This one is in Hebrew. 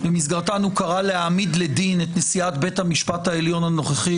במסגרתן הוא קרא להעמיד לדין את נשיאת בית המשפט העליון הנוכחית,